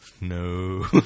No